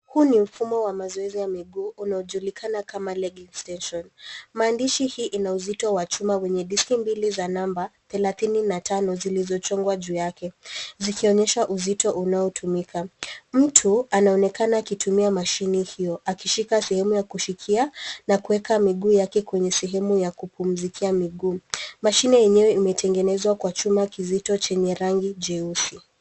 Huu ni mfumo wa mazoezi wa miguu unaojulikana kama legging extension . Maandishi hii ina uzito wa chuma wenye diski mbili za namba thelathini na tano zilizochongwa juu yake zikionyesha uzito unaotumika. Mtu anaonekana akitumia mashine hiyo akishika sehemu ya kushikia na kuweka miguu yake kwenye sehemu ya kupumzikia miguu. Mashine yenyewe imetengenezwa kwa chuma kizito chenye rangi jeusi.